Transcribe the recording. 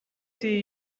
see